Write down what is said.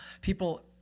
people